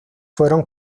fueron